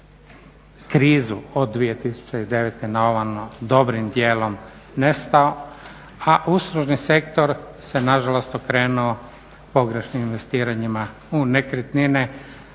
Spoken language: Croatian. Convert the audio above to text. krizu od 2009. na ovamo dobrim dijelom nestao, a uslužni sektor se nažalost okrenuo pogrešnim investiranjima u nekretnine